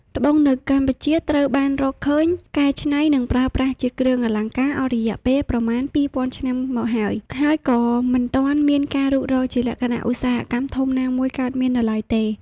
ត្បូងនៅកម្ពុជា ត្រូវបានរកឃើញ កែច្នៃ និងប្រើប្រាស់ជាគ្រឿងអលង្ការអស់រយៈពេលប្រមាណ ២០០០ឆ្នាំមកហើយ ហើយក៏មិនទាន់មានការរុករកជាលក្ខណៈឧស្សាហកម្មធំណាមួយកើតមាននៅឡើយទេ។